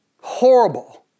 horrible